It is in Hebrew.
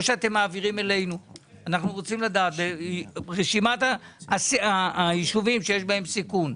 או שאתם מעבירים אלינו את רשימת הישובים שיש בהם סיכון.